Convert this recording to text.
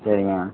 சரிங்க